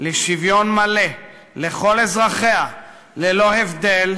לשוויון מלא לכל אזרחיה ללא הבדל,